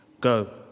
Go